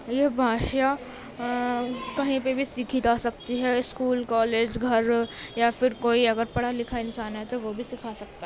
یہ بھاشا کہیں پہ بھی سیکھی جا سکتی ہے اسکول کالج گھر یا پھر کوئی اگر پڑھا لکھا انسان ہے تو وہ بھی سکھا سکتا ہے